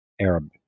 Arab